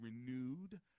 renewed